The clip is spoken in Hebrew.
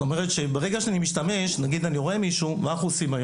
ברגע שאני משתמש ורואה מישהו, מה אנחנו עושים?